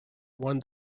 want